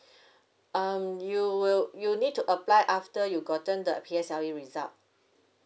um you will you need to apply after you've gotten the P_S_L_E result